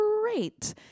great